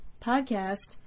podcast